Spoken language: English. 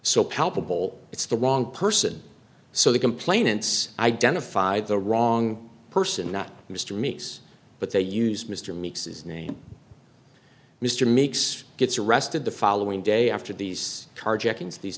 so palpable it's the wrong person so the complainants identified the wrong person not mr meeks but they use mr meeks is name mr meeks gets arrested the following day after these carjackings these